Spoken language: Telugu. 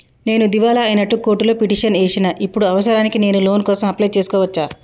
నేను దివాలా అయినట్లు కోర్టులో పిటిషన్ ఏశిన ఇప్పుడు అవసరానికి నేను లోన్ కోసం అప్లయ్ చేస్కోవచ్చా?